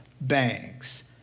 banks